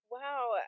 Wow